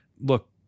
Look